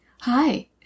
hi